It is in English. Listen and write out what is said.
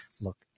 look